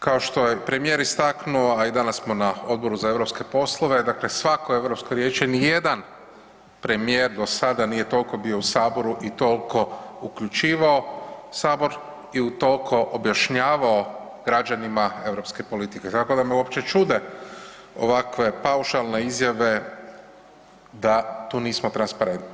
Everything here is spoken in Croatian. Kao što je premijer istaknuo, a i danas smo na Odboru za europske poslove, dakle svako Europsko vijeće ni jedan premijer do sada nije toliko bio u Saboru i toliko uključivao Sabor i utoliko objašnjavao građanima europske politike, tako da me uopće čude ovakve paušalne izjave da tu nismo transparentni.